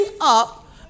up